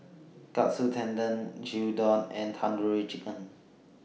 Katsu Tendon Gyudon and Tandoori Chicken